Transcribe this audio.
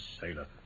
sailor